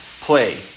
play